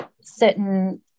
certain